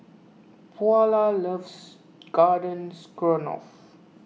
Paulo loves Garden Stroganoff